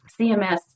CMS